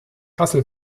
kassel